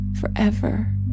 forever